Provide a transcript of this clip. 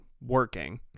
working